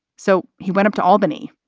so he went up to albany,